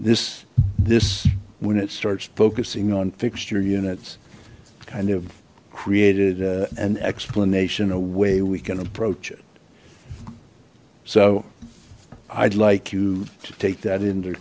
this this when it starts focusing on fixture units kind of created an explanation a way we can approach it so i'd like you to take that into